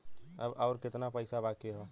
अब अउर कितना पईसा बाकी हव?